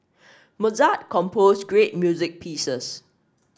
Mozart composed great music pieces